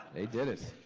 they did it,